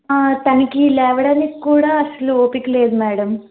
తనకి లేవడానికి కూడా అస్సలు ఓపిక లేదు మ్యాడం